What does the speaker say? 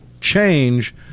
change